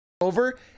over